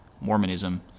Mormonism